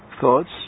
thoughts